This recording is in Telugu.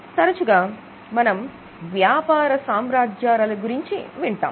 తరచుగా మనం వ్యాపార సామ్రాజ్యాలు గురించి విన్నాం